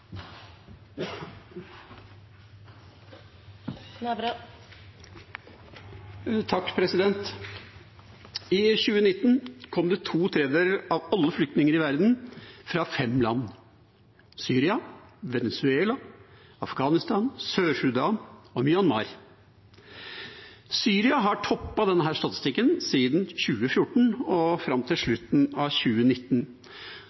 I 2019 kom to tredjedeler av alle flyktninger i verden fra fem land – Syria, Venezuela, Afghanistan, Sør-Sudan og Myanmar. Syria har toppet denne statistikken siden 2014 og fram til